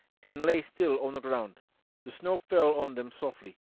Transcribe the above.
and lay still on the ground the snow fell on them softly,